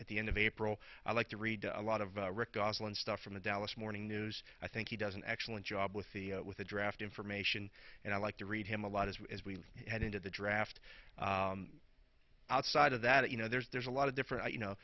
at the end of april i like to read a lot of stuff from the dallas morning news i think he does an excellent job with the with the draft information and i like to read him a lot as we head into the draft outside of that you know there's a lot of different you know